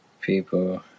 people